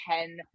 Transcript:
ten